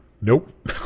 nope